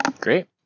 Great